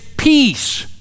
Peace